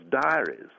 diaries